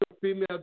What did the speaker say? female